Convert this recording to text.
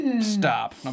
Stop